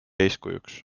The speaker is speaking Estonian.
eeskujuks